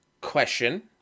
question